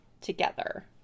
together